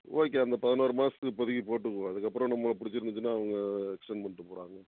okay அந்த பதினோரு மாதத்துக்கு இப்போதிக்கு போட்டுக்குவோம் அதுக்கப்புறம் நம்ம பிடிச்சிருந்துச்சின்னா அவங்க எக்ஸ்டர்ன் பண்ணிட்டு போகிறாங்க